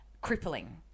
crippling